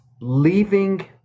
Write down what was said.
leaving